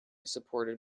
supported